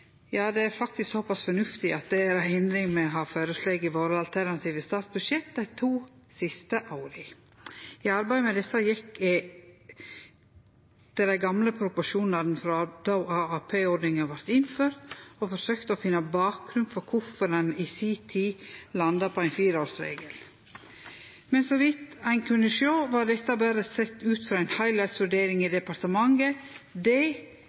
ja, det er faktisk såpass fornuftig at det er ei endring me har føreslått i våre alternative statsbudsjett dei to siste åra. I arbeidet med desse gjekk me til dei gamle proposisjonane frå då AFP-ordninga vart innført, og forsøkte å finne bakgrunnen for kvifor ein i si tid landa på ein fireårsregel. Men så vidt ein kunne sjå, var dette berre sett ut ifrå ei heilskapsvurdering i departementet. Det er ikkje ein god nok argumentasjon for